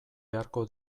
beharko